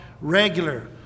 regular